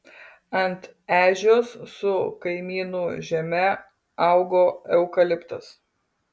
ant ežios su kaimynų žeme augo eukaliptas